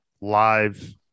live